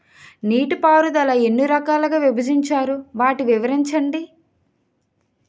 నీటిపారుదల ఎన్ని రకాలుగా విభజించారు? వాటి వివరించండి?